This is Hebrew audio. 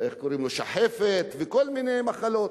שחפת, וכל מיני מחלות.